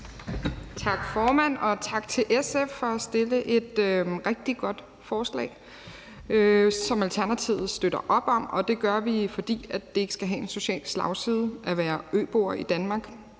Tak, formand, og tak til SF for at fremsætte et rigtig godt forslag, som Alternativet støtter op om, og det gør vi, fordi det ikke skal have en social slagside at være øbo i Danmark.